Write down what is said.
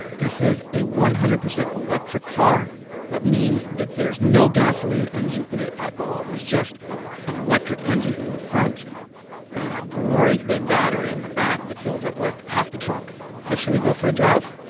this is a one hundred percent electric car that means that there's no gasoline engine in it at all. there's just an electric engine in the front and a great big battery in the back that fills up like half the trunk so should we go for a drive?